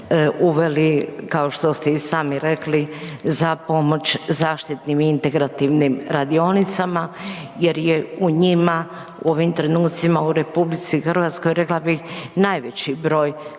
uveli kao što ste i sami rekli za pomoć zaštitnim integrativnim radionicama jer je u njima u ovim trenucima u RH rekla bih najveći broj